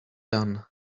done